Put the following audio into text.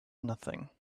nothing